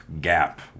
gap